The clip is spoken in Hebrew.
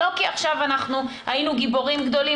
לא כי עכשיו אנחנו היינו גיבורים גדולים